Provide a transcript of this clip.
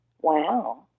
Wow